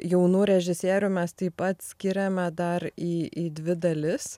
jaunų režisierių mes taip pat skiriame dar į į dvi dalis